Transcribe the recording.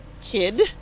kid